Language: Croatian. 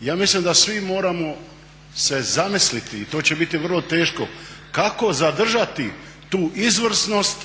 Ja mislim da svi moramo se zamisliti i to će biti vrlo teško, kako zadržati tu izvrsnost